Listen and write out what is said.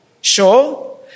Sure